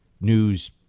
news